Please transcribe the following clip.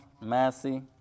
Massey